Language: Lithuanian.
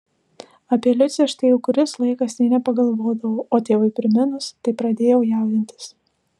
apie liucę štai jau kuris laikas nė nepagalvodavau o tėvui priminus taip pradėjau jaudintis